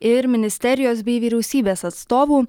ir ministerijos bei vyriausybės atstovų